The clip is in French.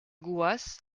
gouas